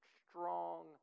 strong